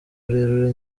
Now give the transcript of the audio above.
rurerure